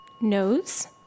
Nose